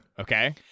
Okay